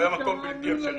שהוא היה מקום בלתי אפשרי.